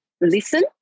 listen